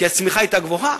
כי הצמיחה היתה גבוהה,